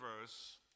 verse